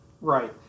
Right